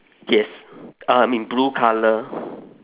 yes uh mean blue colour